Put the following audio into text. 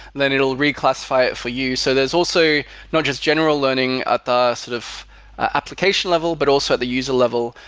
then it'll reclassify it for you. so there's also not just general learning at the sort of application level, but also the user level.